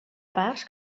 parts